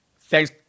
Thanks